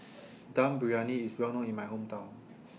Dum Briyani IS Well known in My Hometown